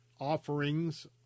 offerings